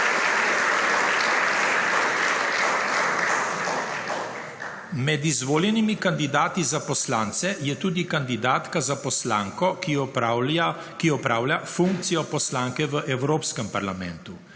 Med izvoljenimi kandidati za poslance je tudi kandidatka za poslanko, ki opravlja funkcijo poslanke v Evropskem parlamentu.